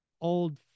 old